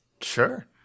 sure